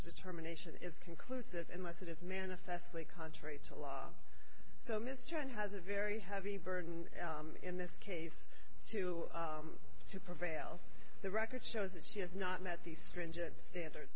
determination is conclusive and must it is manifestly contrary to law so mr and has a very heavy burden in this case to to prevail the record shows that she has not met the stringent standard